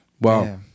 Wow